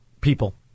people